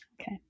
Okay